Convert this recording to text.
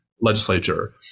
legislature